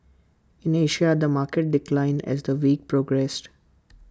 in Asia the market declined as the week progressed